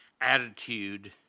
attitude